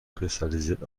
kristallisiert